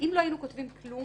אם לא היינו כותבים כלום,